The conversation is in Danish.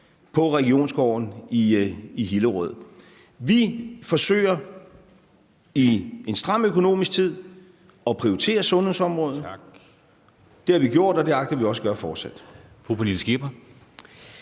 på Regionsgården i Hillerød. Vi forsøger i en stram økonomisk tid at prioritere sundhedsområdet. Det har vi gjort, og det agter vi også at gøre fortsat.